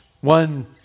One